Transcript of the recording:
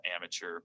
amateur